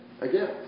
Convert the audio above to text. again